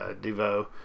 Devo